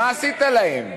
מה עשית להם?